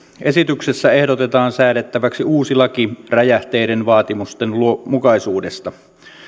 esityksessä ehdotetaan säädettäväksi uusi laki räjähteiden vaatimustenmukaisuudesta